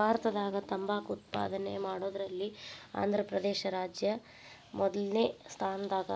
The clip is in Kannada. ಭಾರತದಾಗ ತಂಬಾಕ್ ಉತ್ಪಾದನೆ ಮಾಡೋದ್ರಲ್ಲಿ ಆಂಧ್ರಪ್ರದೇಶ ರಾಜ್ಯ ಮೊದಲ್ನೇ ಸ್ಥಾನದಾಗ